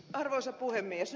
arvoisa puhemies